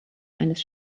eines